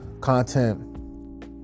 content